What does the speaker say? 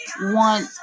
want